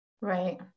Right